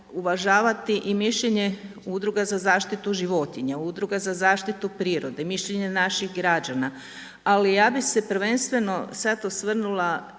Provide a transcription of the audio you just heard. i mišljenje udruga za zaštitu životinja, udruga za zaštitu prirode i mišljenja naših građana. Ali ja bih se prvenstveno sada osvrnula